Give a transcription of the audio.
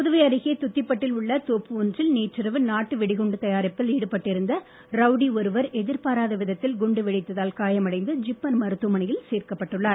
புதுவை அருகே துத்தித்பட்டில் உள்ள தோப்பு ஒன்றில் நேற்று இரவு நாட்டு வெடிகுண்டு தயாரிப்பில் ஈடுபட்டிருந்த ரவுடி ஒருவர் எதிர்பாராத விதத்தில் குண்டு வெடித்ததால் காயமடைந்து ஜிப்மர் மருத்துவமனையில் சேர்க்கப்பட்டுள்ளார்